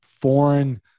foreign